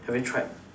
have you tried